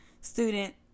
student